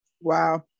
Wow